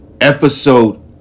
Episode